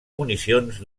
municions